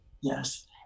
yes